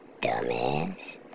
Dumbass